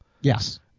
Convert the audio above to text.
Yes